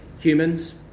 humans